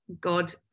God